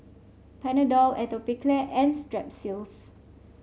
Panadol Atopiclair and Strepsils